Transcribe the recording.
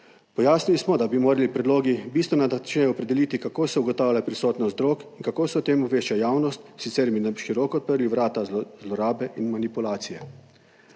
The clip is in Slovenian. Pojasnili smo, da bi morali predlogi bistveno opredeliti, kako se ugotavlja prisotnost drog in kako se o tem obvešča javnost, sicer na široko odprli vrata zlorabe in manipulacije.